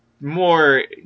more